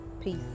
Peace